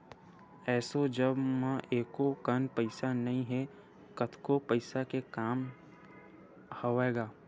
एसो जेब म एको कन पइसा नइ हे, कतको पइसा के काम हवय गा